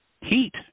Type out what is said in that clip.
Heat